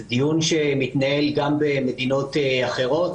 זה דיון שמתנהל גם במדינות אחרות,